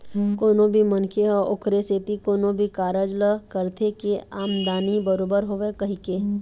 कोनो भी मनखे ह ओखरे सेती कोनो भी कारज ल करथे के आमदानी बरोबर होवय कहिके